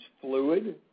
fluid